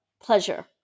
pleasure